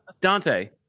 Dante